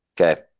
Okay